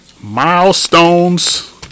Milestones